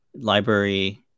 library